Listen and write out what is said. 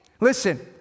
Listen